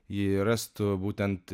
jį rastų būtent